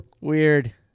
Weird